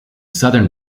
southern